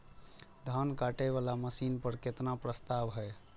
धान काटे वाला मशीन पर केतना के प्रस्ताव हय?